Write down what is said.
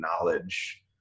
knowledge